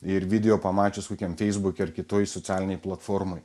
ir video pamačius kokiam feisbuke ar kitoj socialinėj platformoj